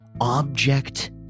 object